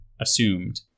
assumed